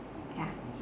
ya